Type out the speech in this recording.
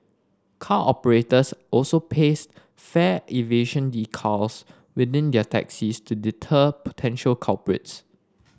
car operators also paste fare evasion decals within their taxis to deter potential culprits